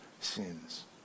sins